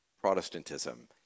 Protestantism